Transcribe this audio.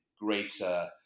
greater